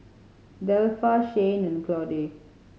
Delpha Shayne and Claude